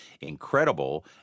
incredible